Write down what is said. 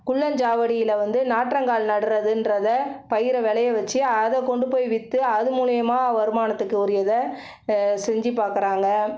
குள்ளஞ்சாவடியில் வந்து நாற்றங்கால் நடுகிறதுன்றத பயிரை விளைய வச்சு அதை கொண்டு போய் விற்று அது மூலயமா வருமானத்துக்கு உரியதை செஞ்சு பார்க்குறாங்க